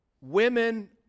Women